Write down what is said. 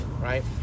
right